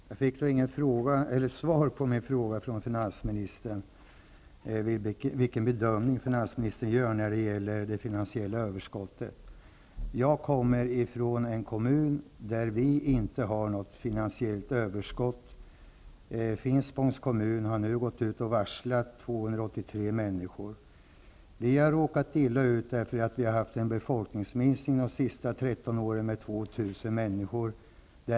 Herr talman! Finansministern gav inte något svar på min fråga om vilken bedömning finansministern gör när det gäller det finansiella överskottet. Jag kommer från en kommun, Finspångs kommun, där det inte finns något finansiellt överskott. Dessa har råkat illa ut därför att befolkningen under de senaste 13 åren har minskat med 2 000 personer.